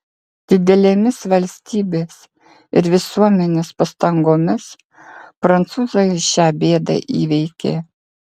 didelėmis valstybės ir visuomenės pastangomis prancūzai šią bėdą įveikė